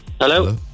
Hello